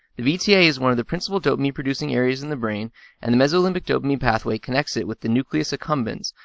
the vta is one of the principal dopamine-producing areas in the brain and the mesolimbic dopamine pathway connects it with the nucleus accumbens,